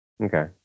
Okay